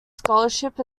scholarship